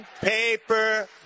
paper